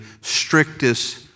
strictest